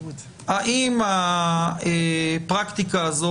האם הפרקטיקה הזאת